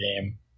game